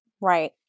Right